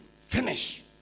Finish